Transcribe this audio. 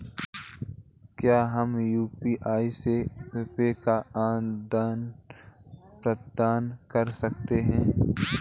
क्या हम यू.पी.आई से रुपये का आदान प्रदान कर सकते हैं?